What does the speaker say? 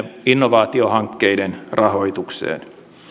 innovaatiohankkeiden rahoitukseen